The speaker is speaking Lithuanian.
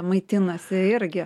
maitinasi irgi